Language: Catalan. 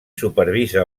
supervisa